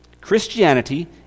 christianity